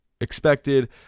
expected